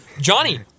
Johnny